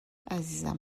عزیزم